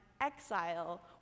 exile